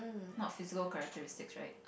not physical characteristics right